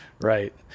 Right